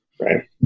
right